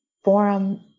Forum